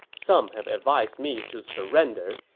some have advised me to surrender,